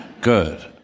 Good